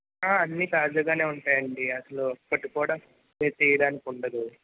అన్ని తాజాగానే ఉంటాయండి అసలు ఒక్కటి కూడా మీరు తీయడానికి ఉండదు